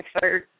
third